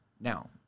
Now